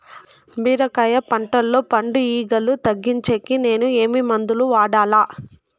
బీరకాయ పంటల్లో పండు ఈగలు తగ్గించేకి నేను ఏమి మందులు వాడాలా?